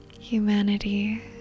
Humanity